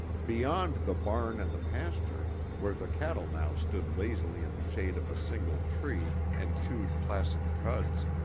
beyond the barn and the pasture, where the cattle now stood lazily in the shade of a single tree and chewed placid cuds,